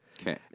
Okay